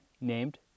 named